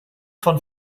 von